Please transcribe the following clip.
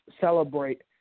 celebrate